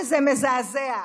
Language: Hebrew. וזה מזעזע,